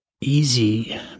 easy